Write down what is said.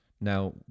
Now